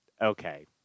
okay